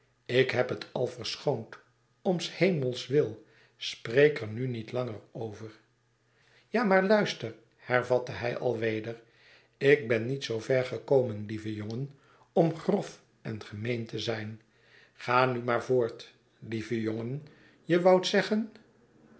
ik heb het al verschoond om s hemels wil spreek er nu niet langer over ja maar luister hervatte hij alweder ik ben niet zoo ver gekomen lieve jongen om grof en gemeen te zijn ga nu maar voort lieve jongen je woudt zeggen